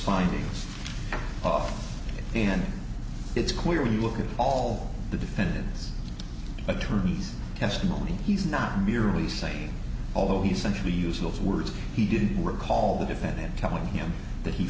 findings off and it's clear when you look at all the defendant's attorneys testimony he's not merely saying although he century use those words he didn't work all the defendant telling him that he